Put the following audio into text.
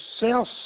South